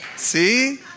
See